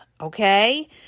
okay